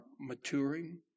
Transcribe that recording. maturing